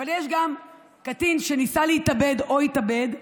אבל יש גם קטין שניסה להתאבד או התאבד.